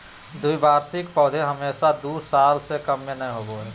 द्विवार्षिक पौधे हमेशा दू साल से कम में नयय होबो हइ